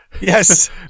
Yes